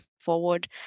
forward